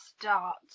start